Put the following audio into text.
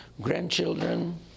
grandchildren